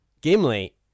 Gimli